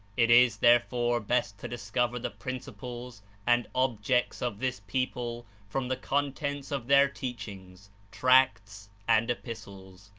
it is therefore best to discover the principles and objects of this people from the contents of their teachings, tracts and epistles.